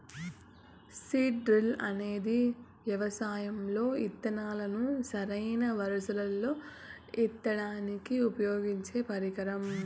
seed drill అనేది వ్యవసాయం లో ఇత్తనాలను సరైన వరుసలల్లో ఇత్తడానికి ఉపయోగించే పరికరం